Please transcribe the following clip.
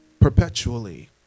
perpetually